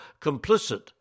complicit